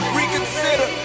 reconsider